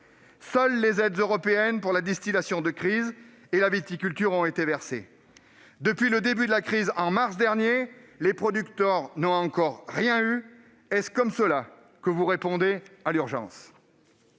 Seules les aides européennes pour la distillation de crise de la viticulture ont été versées. Depuis le début de la crise au mois de mars dernier, les producteurs n'ont encore rien reçu. Est-ce ainsi que vous pensez répondre à l'urgence ?